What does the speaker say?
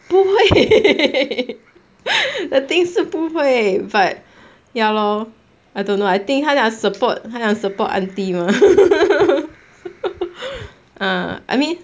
不会 the thing 是不会 but ya lor I don't know I think 他讲 support 他讲 support auntie mah ah I mean